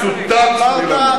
מצוטט מלה במלה.